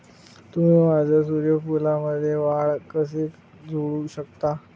तुम्ही माझ्या सूर्यफूलमध्ये वाढ कसे जोडू शकता?